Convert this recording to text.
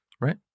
Right